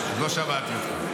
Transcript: לא שמעתי אותך.